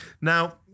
Now